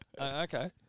Okay